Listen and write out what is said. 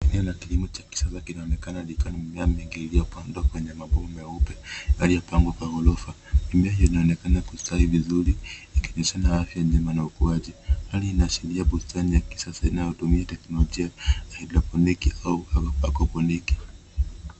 Eneo ya kilimo cha kisasa, kinaonekana ni mimea mingi iliyopandwa kwenye mabomba meupe yaliyopangwa kwa ghorofa. Mimea hiyo inaonekana kustawi vizuri, ikionyesha afya njema na ukuaji. Hali inaashiria bustani ya kisasa inayotumia teknolojia ya hydroponic au aquaponic .